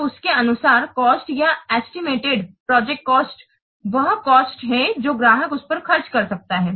तो इसके अनुसार कॉस्ट या एस्टिमेटेड प्रोजेक्ट कॉस्ट वह कॉस्ट है जो ग्राहक उस पर खर्च कर सकता है